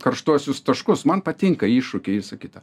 karštuosius taškus man patinka iššūkiai visa kita